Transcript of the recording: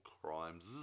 crimes